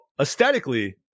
aesthetically